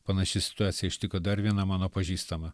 panaši situacija ištiko dar vieną mano pažįstamą